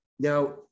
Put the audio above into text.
Now